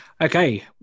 okay